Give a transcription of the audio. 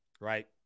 right